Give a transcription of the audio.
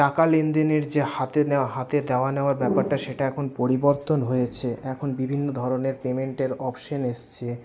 টাকা লেনদেনের যে হাতে বা হাতে দেওয়া নেওয়ার ব্যাপারটা সেটা এখন পরিবর্তন হয়েছে এখন বিভিন্ন ধরণের পেমেন্টের অপশন এসছে